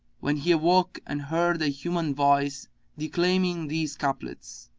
when he awoke and heard a human voice declaiming these couplets,